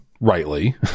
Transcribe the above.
rightly